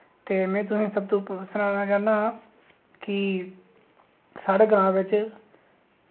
ते में तुसें सबतों सनाना चाह्न्ना कि साढ़े ग्रां बिच